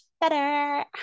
better